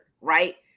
right